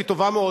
היא טובה מאוד,